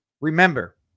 remember